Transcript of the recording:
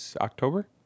October